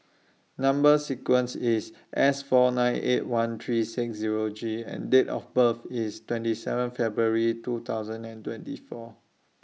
Number sequence IS S four nine eight one three six Zero G and Date of birth IS twenty seven February two thousand and twenty four